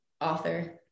author